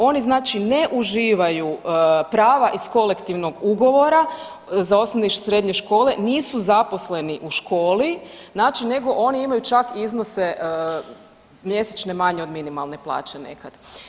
Oni ne uživaju prava iz kolektivnog ugovora za osnovne i srednje škole, nisu zaposleni u školi nego oni imaju čak iznose mjesečne manje od minimalne plaće nekad.